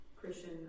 Christian